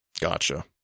Gotcha